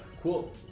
cool